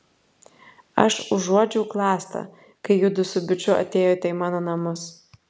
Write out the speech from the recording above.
aš užuodžiau klastą kai judu su biču atėjote į mano namus